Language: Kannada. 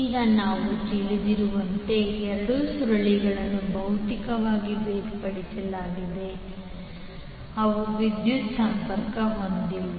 ಈಗ ನಾವು ತಿಳಿದಿರುವಂತೆ ಎರಡು ಸುರುಳಿಗಳನ್ನು ಭೌತಿಕವಾಗಿ ಬೇರ್ಪಡಿಸಲಾಗಿದೆ ಎಂದರೆ ಅವು ವಿದ್ಯುತ್ ಸಂಪರ್ಕ ಹೊಂದಿಲ್ಲ